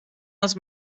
els